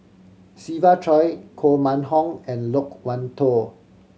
Siva Choy Koh Mun Hong and Loke Wan Tho